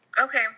Okay